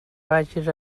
vagis